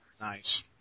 Nice